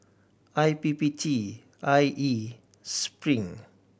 I P P T I E Spring